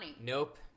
Nope